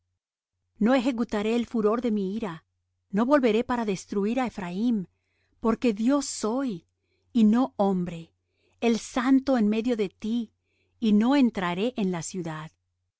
no ejecutaré el furor de mi ira no volveré para destruir á ephraim porque dios soy y no hombre el santo en medio de ti y no entraré en la ciudad